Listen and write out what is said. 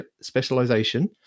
specialization